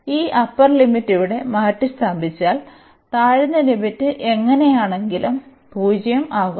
അതിനാൽ ഈ upper limit ഇവിടെ മാറ്റിസ്ഥാപിച്ചാൽ താഴ്ന്ന ലിമിറ്റ് എങ്ങനെയാണെങ്കിലും 0 ആകും